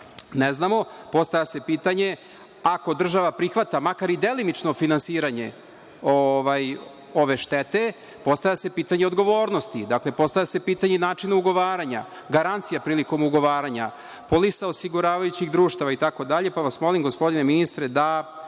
ne znamo. Postavlja se pitanje ako država prihvata makar i delimično finansiranje ove štete, postavlja se pitanje odgovornosti, postavlja se pitanje načina ugovaranja, garancija ugovaranja, polisa osiguravajućih društava itd, pa vas molim gospodine ministre da